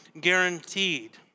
guaranteed